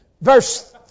Verse